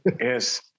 Yes